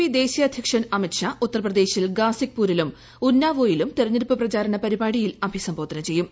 P ദേശീയ അദ്ധ്യക്ഷൻ അമിത് ഷാ ഉത്തർപ്രദേശിൽ ഗാസിക് പൂരിലും ഉന്നാവോയിലും തിരഞ്ഞെടുപ്പ് പ്രചാരണ പരിപാടിയിൽ അഭിസംബോധന ചെയ്യും